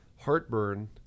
heartburn